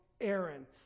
Aaron